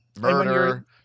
Murder